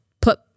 put